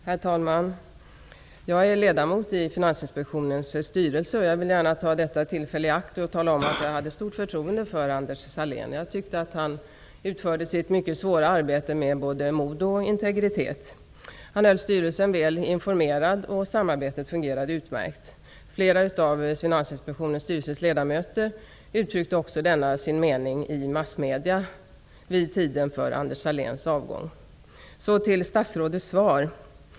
Herr talman! Jag är ledamot i Finansinspektionens styrelse. Jag vill ta tillfället i akt och tala om att jag hade stort förtroende för Anders Sahlén. Jag tyckte att han utförde sitt mycket svåra arbete med både mod och integritet. Han höll styrelsen väl informerad, och samarbetet fungerade utmärkt. Flera av Finansinspektionens styrelseledamöter uttryckte denna sin mening i massmedier vid tiden för Anders Sahléns avgång. Så till statsrådets svar.